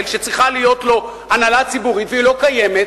שצריכה להיות לו הנהלה ציבורית והיא לא קיימת,